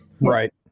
Right